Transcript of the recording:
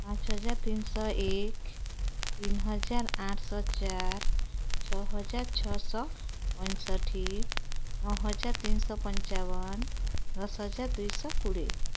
ପାଞ୍ଚ ହଜାର ତିନିଶହ ଏକ ତିନି ହଜାର ଆଠଶହ ଚାରି ଛଅ ହଜାର ଛଅଶହ ଅଣଷଠି ନଅ ହଜାର ତିନଶହ ପଞ୍ଚାବନ ଦଶ ହଜାର ଦୁଇଶହ କୋଡ଼ିଏ